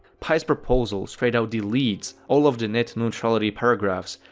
pai's proposal straight out deletes all of the net neutrality paragraphs,